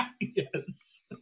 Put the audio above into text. Yes